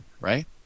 right